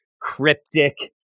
cryptic